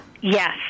Yes